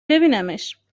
ببینمش